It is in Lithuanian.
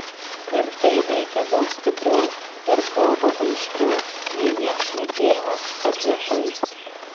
ir tai veikia daug stipriau ir kalba aiškiau nei vien šnekėjimas apie tai